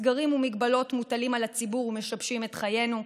סגרים ומגבלות מוטלים על הציבור ומשבשים את חיינו,